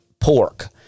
pork